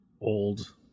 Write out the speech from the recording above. Old